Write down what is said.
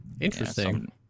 interesting